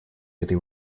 этой